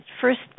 first